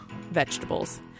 vegetables